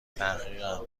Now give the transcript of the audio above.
تحقیقم